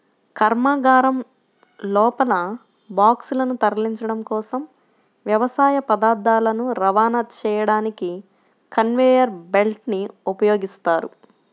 కర్మాగారం లోపల బాక్సులను తరలించడం కోసం, వ్యవసాయ పదార్థాలను రవాణా చేయడానికి కన్వేయర్ బెల్ట్ ని ఉపయోగిస్తారు